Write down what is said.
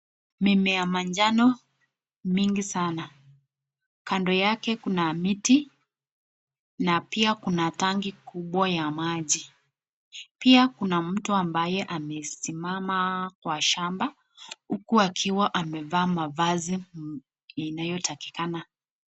Mimea ya manjano mingi sana, kando yake kuna miti na pia kuna tanki kubwa ya maji, pia kuna mtu ambaye amesimama kwa shamba huku akiwa amevaa mavazi inayotakikana.